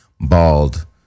bald